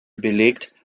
belegt